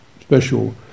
special